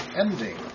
ending